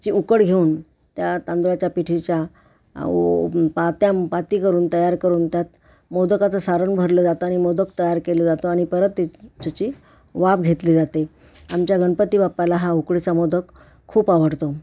ची उकड घेऊन त्या तांदळाच्या पिठीच्या व पात्या पाती करून तयार करून त्यात मोदकाचं सारण भरलं जातं आणि मोदक तयार केलं जातो आणि परत त्याची वाप घेतली जाते आमच्या गणपती बाप्पाला हा उकडीचा मोदक खूप आवडतो